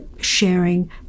sharing